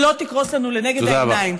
שלא תקרוס לנו לנגד העיניים.